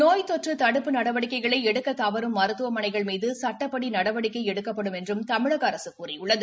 நோய் தொற்று தடுப்பு நடவடிக்கைகளை எடுக்கத் தவறும் மருத்துவமமனைகள் மீது சட்டப்படி நடவடிக்கை எடுக்கப்படும் என்றும தமிழக அரசு கூறியுள்ளது